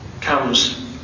comes